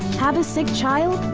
have a sick child?